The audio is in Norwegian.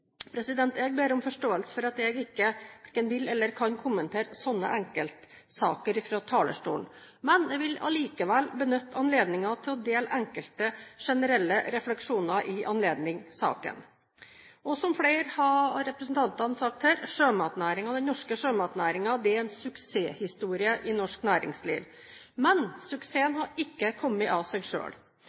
Jeg ber om forståelse for at jeg verken vil eller kan kommentere slike enkeltsaker fra talerstolen. Men jeg vil likevel benytte anledningen til å dele enkelte generelle refleksjoner i anledning saken. Som flere av representantene har sagt her: Den norske sjømatnæringen er en suksesshistorie i norsk næringsliv. Men suksessen har ikke kommet av seg